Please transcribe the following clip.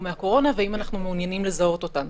מהקורונה והאם אנחנו מעוניינים לזהות אותן.